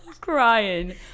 Crying